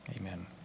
Amen